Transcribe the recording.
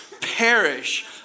perish